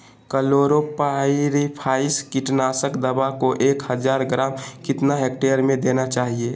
Chlorpyrifos कीटनाशक दवा को एक हज़ार ग्राम कितना हेक्टेयर में देना चाहिए?